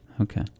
Okay